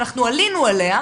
אנחנו עלינו עליה,